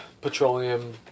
petroleum